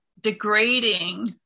degrading